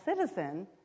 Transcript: citizen